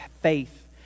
faith